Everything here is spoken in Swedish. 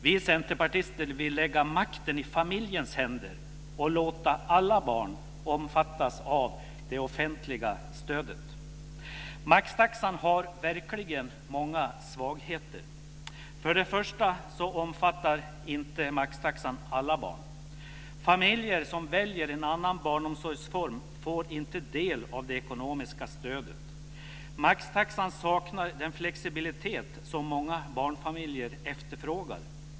Vi centerpartister vill lägga makten i familjens händer och låta alla barn omfattas av det offentliga stödet. Maxtaxan har verkligen många svagheter. För det första omfattar inte maxtaxan alla barn. Familjer som väljer en annan barnomsorgsform får inte del av det ekonomiska stödet. Maxtaxan saknar den flexibilitet som många barnfamiljer efterfrågar.